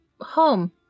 home